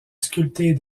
sculpter